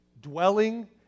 dwelling